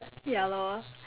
ya lor